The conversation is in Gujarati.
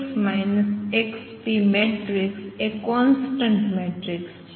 અને આ સૂચવે છે px xp મેટ્રિક્સ એ કોંસ્ટંટ મેટ્રિક્સ છે